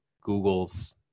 Google's